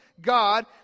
God